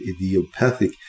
idiopathic